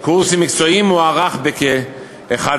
קורסים מקצועיים מוערך בכ-11,000.